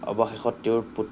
অৱশেষত তেওঁৰ পুত